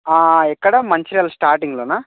ఎక్కడ మంచిర్యాల్ స్టార్టింగ్లోనా